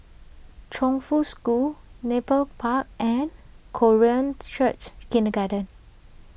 Chongfu School Nepal Park and Korean Church Kindergarten